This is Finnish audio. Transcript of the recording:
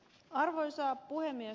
arvoisa puhemies